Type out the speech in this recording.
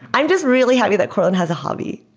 i'm just really happy that courtland has a hobby.